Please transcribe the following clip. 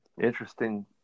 Interesting